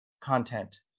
content